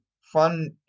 Fun